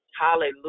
Hallelujah